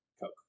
Coke